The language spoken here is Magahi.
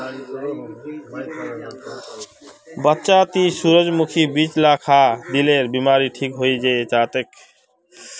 चच्चा ती सूरजमुखीर बीज ला खा, दिलेर बीमारी ठीक हइ जै तोक